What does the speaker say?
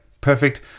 Perfect